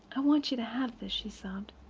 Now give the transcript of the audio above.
i want you to have this, she sobbed.